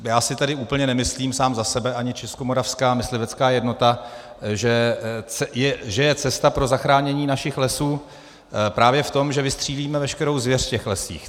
Já si tedy úplně nemyslím sám za sebe ani Českomoravská myslivecká jednota, že je cesta pro zachránění našich lesů právě v tom, že vystřílíme veškerou zvěř v těch lesích.